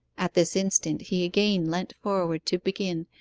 at this instant he again leant forward to begin,